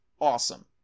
awesome